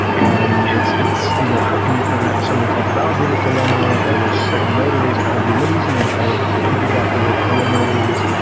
and it's it's you know how can you prevent something called the validator's dilemma by which certain notaries try to be lazy and try to piggyback the work of other notaries.